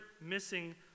missing